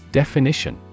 definition